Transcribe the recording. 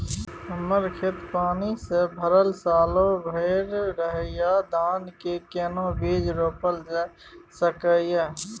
हमर खेत पानी से भरल सालो भैर रहैया, धान के केना बीज रोपल जा सकै ये?